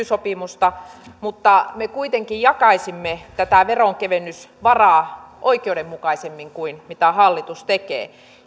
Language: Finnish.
sopimusta mutta me kuitenkin jakaisimme tätä veronkevennysvaraa oikeudenmukaisemmin kuin mitä hallitus tekee